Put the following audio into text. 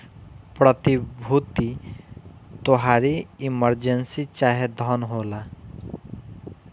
प्रतिभूति तोहारी इमर्जेंसी चाहे धन होला